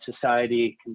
society